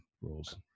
rules